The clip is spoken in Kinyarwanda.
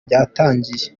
ryatangiye